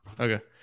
Okay